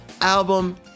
album